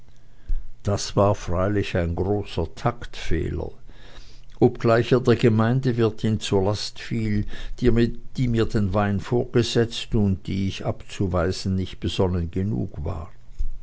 das war freilich ein großer taktfehler obgleich er der gemeindewirtin zur last fiel die mir den wein vorgesetzt und die ich abzuweisen nicht besonnen genug war